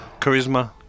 Charisma